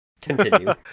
continue